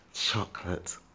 Chocolate